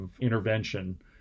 intervention